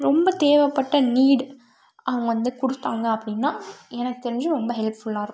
ரொம்ப தேவைப்பட்ட நீட் அவங்க வந்து கொடுத்தாங்க அப்படின்னா எனக்கு தெரிஞ்சு ரொம்ப ஹெல்ப்ஃபுல்லாக இருக்கும்